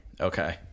Okay